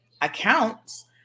accounts